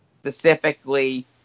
specifically